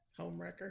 Homewrecker